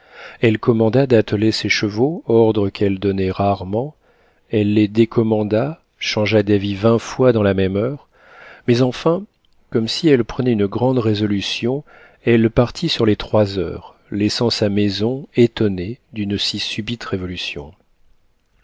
elle commanda d'atteler ses chevaux ordre qu'elle donnait rarement elle les décommanda changea d'avis vingt fois dans la même heure mais enfin comme si elle prenait une grande résolution elle partit sur les trois heures laissant sa maison étonnée d'une si subite révolution